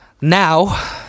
Now